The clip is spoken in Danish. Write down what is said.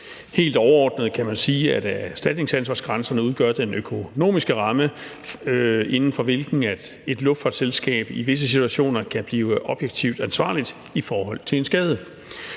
Helt overordnet kan man sige, at erstatningsansvarsgrænserne udgør den økonomiske ramme, inden for hvilken et luftfartsselskab i visse situationer kan blive objektivt ansvarlig i forhold til en skade.